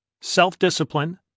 Self-Discipline